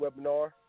webinar